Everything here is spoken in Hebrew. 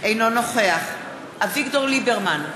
אינו נוכח אביגדור ליברמן,